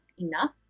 enough